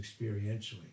experientially